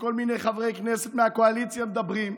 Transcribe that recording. וכשכל מיני חברי כנסת מהקואליציה מדברים,